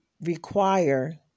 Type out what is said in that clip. require